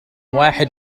واحد